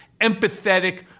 empathetic